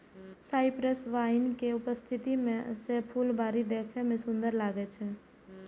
cypress vine के उपस्थिति सं फुलबाड़ी देखै मे सुंदर लागै छै